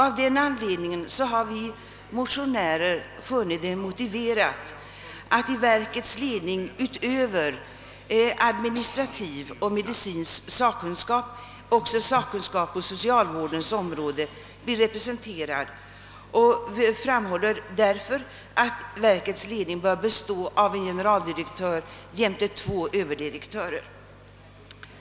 Av den anledningen har vi motionärer funnit det motiverat att i verkets ledning, utöver administrativ och medicinsk sakkunskap, också sakkunskap på socialvårdens område blir representerad. Vi föreslår därför att verkets ledning bör bestå av en generaldirektör jämte två överdirektörer.